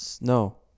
No